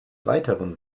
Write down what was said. weiteren